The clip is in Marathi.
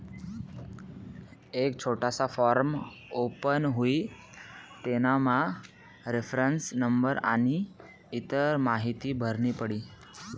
एक छोटासा फॉर्म ओपन हुई तेनामा रेफरन्स नंबर आनी इतर माहीती भरनी पडी